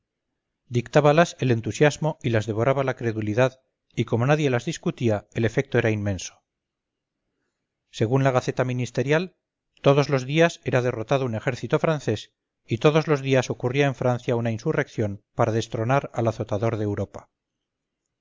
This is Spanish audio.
partes dictábalas el entusiasmo y las devoraba la credulidad y como nadie las discutía el efecto era inmenso según la gaceta ministerial todos los días era derrotado un ejército francés y todos los días ocurría en francia una insurrección para destronar al azotador de europa